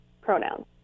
pronouns